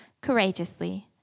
courageously